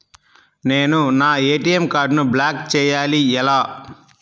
నేను నా ఏ.టీ.ఎం కార్డ్ను బ్లాక్ చేయాలి ఎలా?